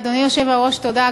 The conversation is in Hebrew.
אדוני היושב-ראש, תודה.